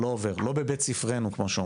זה לא עובר, לא בבית-ספרנו, כמו שאומרים.